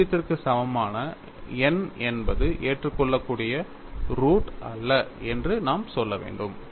0 க்கு சமமான n என்பது ஏற்றுக்கொள்ளக்கூடிய ரூட் அல்ல என்று நாம் சொல்ல வேண்டும்